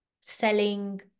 selling